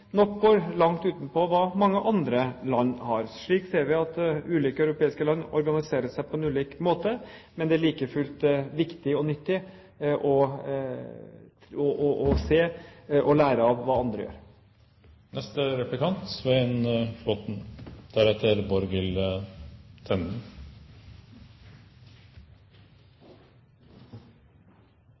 nok går langt utenpå hva mange andre land har. Slik ser vi at ulike europeiske land organiserer seg på ulike måter, men det er like fullt viktig og nyttig å se og lære av hva andre